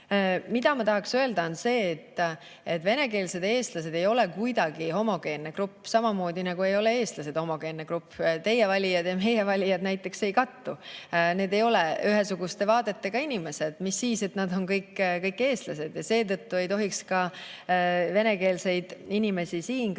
saa. Ma tahan öelda, et venekeelsed [eestimaalased] ei ole kuidagi homogeenne grupp, samamoodi nagu ei ole eestlased homogeenne grupp. Teie valijad ja meie valijad näiteks ei kattu, need ei ole ühesuguste vaadetega inimesed, mis siis, et nad on kõik eestlased. Seetõttu ei tohiks ka venekeelseid inimesi siin kõiki